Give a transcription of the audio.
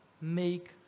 make